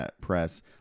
press